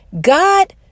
God